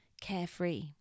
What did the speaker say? carefree